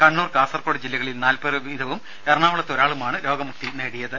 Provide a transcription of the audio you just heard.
കണ്ണൂർ കാസർകോട് ജില്ലകളിൽ നാല് പേർ വീതവും എറണാകുളത്ത് ഒരാളുമാണ് രോഗമുക്തി നേടിയത്